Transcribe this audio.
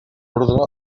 ordre